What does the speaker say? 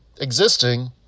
Existing